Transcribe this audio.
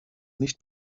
nicht